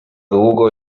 długo